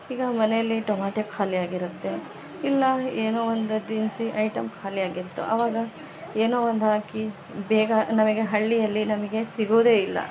ಈಗ ಮನೆಯಲ್ಲಿ ಟೊಮೆಟೆ ಖಾಲಿ ಆಗಿರುತ್ತೆ ಇಲ್ಲ ಏನೋ ಒಂದು ದಿನಸಿ ಐಟೆಮ್ ಖಾಲಿ ಆಗಿತ್ತೂ ಆವಾಗ ಏನೋ ಒಂದು ಹಾಕಿ ಬೇಗ ನಮಗೆ ಹಳ್ಳಿಯಲ್ಲಿ ನಮಗೆ ಸಿಗೋದೇ ಇಲ್ಲ